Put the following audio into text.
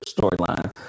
storyline